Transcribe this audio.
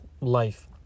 life